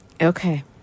Okay